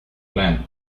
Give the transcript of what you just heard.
length